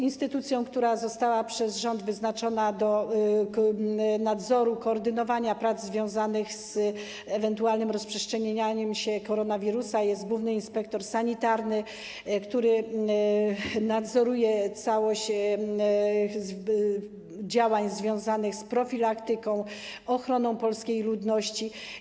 Instytucją, która została przez rząd wyznaczona do nadzoru, koordynowania prac związanych z ewentualnym rozprzestrzenianiem się koronawirusa, jest główny inspektor sanitarny, który nadzoruje całość działań związanych z profilaktyką, ochroną polskiej ludności.